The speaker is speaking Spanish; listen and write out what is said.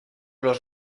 los